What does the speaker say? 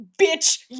Bitch